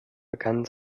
begann